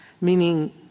meaning